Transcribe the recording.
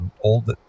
old